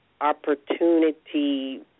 opportunity